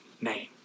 name